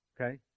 Okay